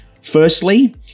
Firstly